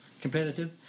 competitive